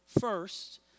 first